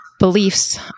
beliefs